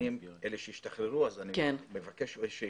נתונים של שיקום אלה שהשתחררו אז אני מבקש גם